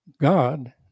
God